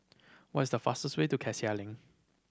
what's the fastest way to Cassia Link